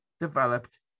developed